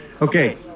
Okay